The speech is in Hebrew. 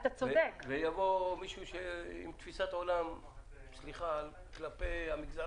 ויבוא מישהו עם תפיסת עולם אחרת כלפי המגזר